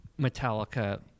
Metallica